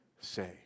say